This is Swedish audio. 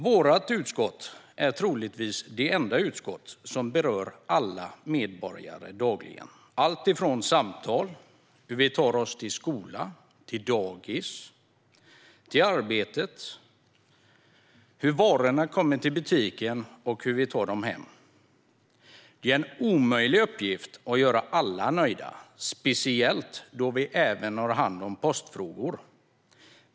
Vårt utskott är troligtvis det enda utskott som berör alla medborgare dagligen - allt från samtal och hur vi tar oss till skola, dagis och arbete till hur varorna kommer till butikerna och hur vi tar dem hem. Det är en omöjlig uppgift att göra alla nöjda, speciellt då vi även har hand om postfrågor.